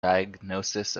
diagnosis